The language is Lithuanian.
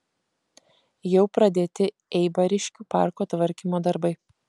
jau pradėti eibariškių parko tvarkymo darbai